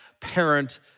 parent